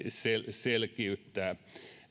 selkiyttää